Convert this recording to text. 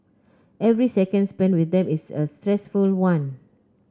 every second spent with them is a stressful one